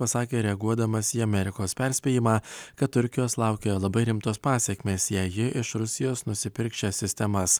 pasakė reaguodamas į amerikos perspėjimą kad turkijos laukia labai rimtos pasekmės jei ji iš rusijos nusipirks šias sistemas